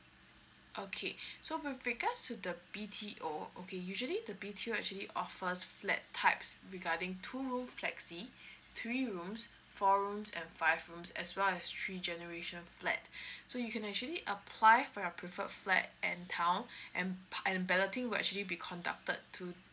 okay so with regards to the B_T_O okay usually the B_T_O actually offers flat types regarding two room flexi three rooms four rooms and five rooms as well as three generation flat so you can actually apply for your preferred flat and town and and balloting will actually be conducted to